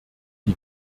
die